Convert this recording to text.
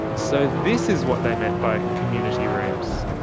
so this is what they meant by community rooms.